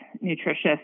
nutritious